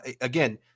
Again